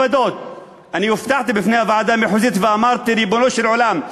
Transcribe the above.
אני הופעתי בפני הוועדה המחוזית ואמרתי: ריבונו של עולם,